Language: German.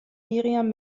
miriam